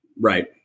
Right